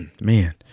man